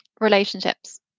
Relationships